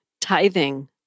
tithing